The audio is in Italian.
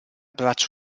braccio